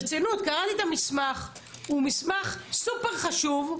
ברצינות, קראתי את המסמך, הוא מסמך סופר חשוב.